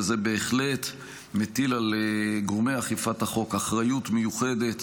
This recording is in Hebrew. וזה בהחלט מטיל על גורמי אכיפת החוק אחריות מיוחדת